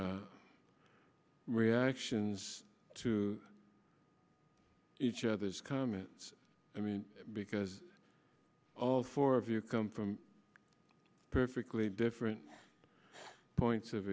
r reactions to each other's comments i mean because all four of you come from perfectly different points of